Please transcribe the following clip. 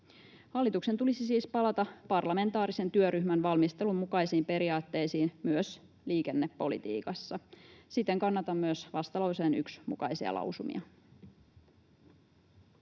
Hallituksen tulisi siis palata parlamentaarisen työryhmän valmistelun mukaisiin periaatteisiin myös liikennepolitiikassa. Siten kannatan myös vastalauseen 1 mukaisia lausumia.